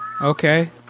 okay